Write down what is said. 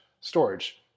storage